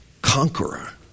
conqueror